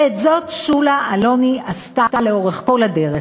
ואת זאת שולה אלוני עשתה לאורך כל הדרך.